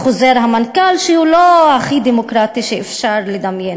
חוזר המנכ"ל, שהוא לא הכי דמוקרטי שאפשר לדמיין.